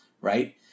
right